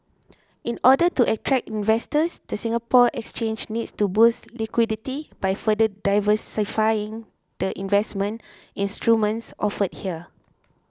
in order to attract investors the Singapore Exchange needs to boost liquidity by further diversifying the investment instruments offered here